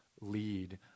lead